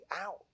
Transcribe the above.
out